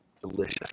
delicious